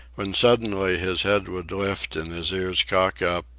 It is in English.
when suddenly his head would lift and his ears cock up,